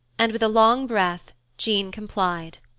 and with a long breath, jean complied.